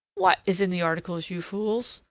what is in the articles, you fools?